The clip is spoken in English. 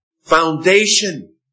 foundation